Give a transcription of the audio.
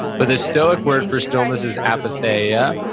but the stoic word for stillness is apatheia,